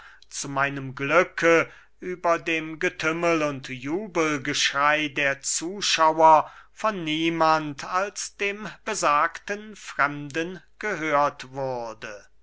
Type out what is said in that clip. zu meinem glücke über dem getümmel und jubelgeschrey der zuschauer von niemand als dem besagten fremden gehört wurde